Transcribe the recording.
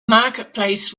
marketplace